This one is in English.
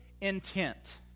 intent